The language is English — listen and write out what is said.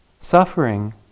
Suffering